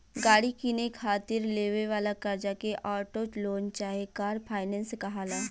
गाड़ी किने खातिर लेवे वाला कर्जा के ऑटो लोन चाहे कार फाइनेंस कहाला